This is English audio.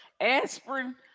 aspirin